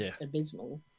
abysmal